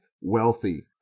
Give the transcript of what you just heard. wealthy